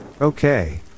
Okay